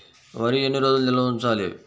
వరి ఎన్ని రోజులు నిల్వ ఉంచాలి?